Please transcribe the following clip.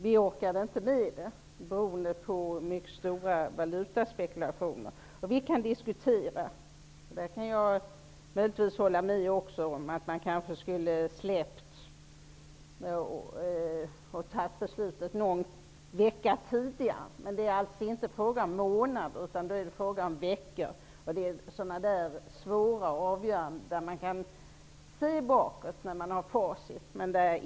Vi orkade inte med det här beroende på mycket stora valutaspekulationer. Möjligtvis kan jag hålla med om att man kanske skulle ha fattat beslut någon vecka tidigare -- det är då alltså inte fråga om månader, utan om veckor. Det gäller svåra avgöranden, men det är ändå lätt att titta bakåt när man har facit i sin hand.